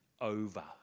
over